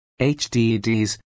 HDDs